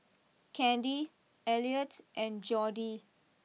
Candy Elliott and Jordy